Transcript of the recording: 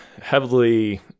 heavily